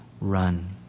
run